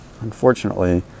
unfortunately